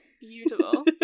beautiful